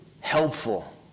helpful